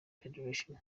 federation